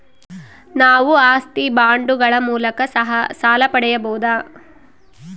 ನಾವು ಆಸ್ತಿ ಬಾಂಡುಗಳ ಮೂಲಕ ಸಾಲ ಪಡೆಯಬಹುದಾ?